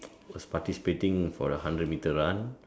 was participating for a hundred metre run